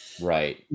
Right